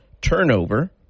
turnover